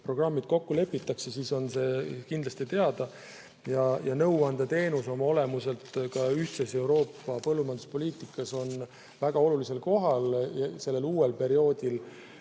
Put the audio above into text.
programmid kokku lepitakse, siis on see kindlasti teada. Ja nõuandeteenus oma olemuselt ühises Euroopa põllumajanduspoliitikas on väga olulisel kohal. Sellel uuel perioodil